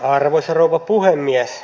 arvoisa rouva puhemies